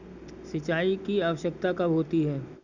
सिंचाई की आवश्यकता कब होती है?